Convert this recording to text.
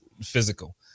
physical